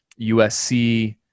USC